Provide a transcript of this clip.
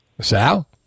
Sal